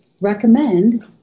recommend